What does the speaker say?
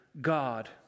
God